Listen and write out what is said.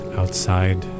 outside